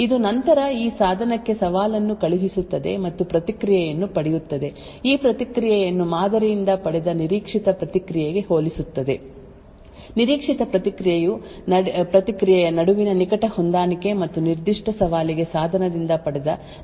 ಇದು ನಂತರ ಈ ಸಾಧನಕ್ಕೆ ಸವಾಲನ್ನು ಕಳುಹಿಸುತ್ತದೆ ಮತ್ತು ಪ್ರತಿಕ್ರಿಯೆಯನ್ನು ಪಡೆಯುತ್ತದೆ ಈ ಪ್ರತಿಕ್ರಿಯೆಯನ್ನು ಮಾದರಿಯಿಂದ ಪಡೆದ ನಿರೀಕ್ಷಿತ ಪ್ರತಿಕ್ರಿಯೆಗೆ ಹೋಲಿಸುತ್ತದೆ ನಿರೀಕ್ಷಿತ ಪ್ರತಿಕ್ರಿಯೆಯ ನಡುವಿನ ನಿಕಟ ಹೊಂದಾಣಿಕೆ ಮತ್ತು ನಿರ್ದಿಷ್ಟ ಸವಾಲಿಗೆ ಸಾಧನದಿಂದ ಪಡೆದ ನಿಜವಾದ ಪ್ರತಿಕ್ರಿಯೆಯನ್ನು ಸಾಧನವನ್ನು ದೃಢೀಕರಿಸಲು ಬಳಸಲಾಗುತ್ತದೆ